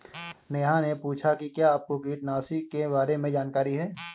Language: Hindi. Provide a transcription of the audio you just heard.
नेहा ने पूछा कि क्या आपको कीटनाशी के बारे में जानकारी है?